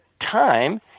time